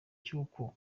cy’uko